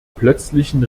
plötzlichen